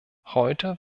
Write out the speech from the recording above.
heute